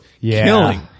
killing